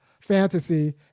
fantasy